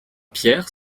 pierre